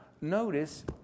notice